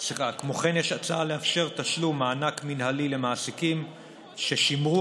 לאפשר תשלום מענק מינהלי למעסיקים ששמרו